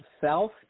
self